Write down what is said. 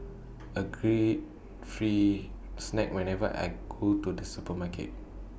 agree free snacks whenever I go to the supermarket